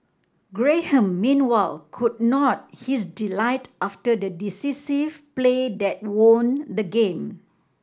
Graham meanwhile could not his delight after the decisive play that won the game